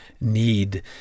need